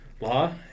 law